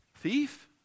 Thief